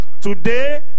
today